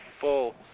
full